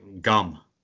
gum